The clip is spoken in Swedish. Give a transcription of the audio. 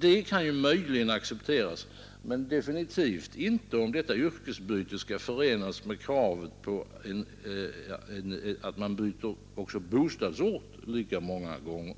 Det kan ju möjligen accepteras men avgjort inte om yrkesbytet skall förenas med ett krav på att människor skall byta också bostadsort lika många gånger.